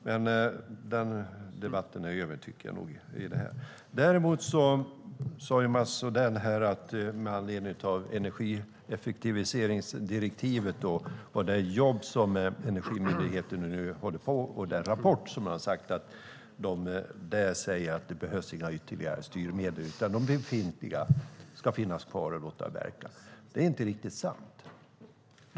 Men den debatten är över, tycker jag nog. Däremot sade Mats Odell något med anledning av energieffektiviseringsdirektivet och det jobb som Energimyndigheten håller på med samt den rapport där man säger att det inte behövs några ytterligare styrmedel. De befintliga ska alltså finnas kvar, och man ska låta dem verka. Det är inte riktigt sant.